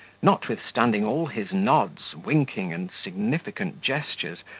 notwithstanding all his nods, winking, and significant gestures,